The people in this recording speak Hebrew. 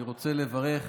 אני רוצה לברך.